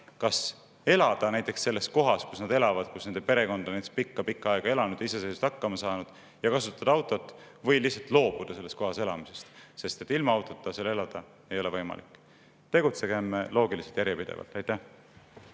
kas elada selles kohas, kus nad elavad, kus nende perekond on pikka-pikka aega elanud ja iseseisvalt hakkama saanud, ning kasutada autot või loobuda selles kohas elamisest, sest ilma autota seal elada ei ole võimalik. Tegutsegem loogiliselt ja järjepidevalt. Aitäh!